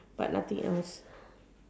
but nothing else